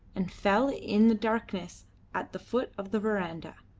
and fell in the darkness at the foot of the verandah.